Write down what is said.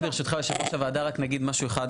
רק ברשותך, יושב ראש הוועדה, רק נגיד משהו אחד.